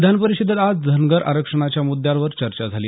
विधान परिषदेत आज धनगर आरक्षणाच्या मुद्यावर चर्चा झाली